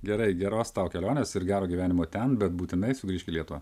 gerai geros tau kelionės ir gero gyvenimo ten bet būtinai sugrįžk į lietuvą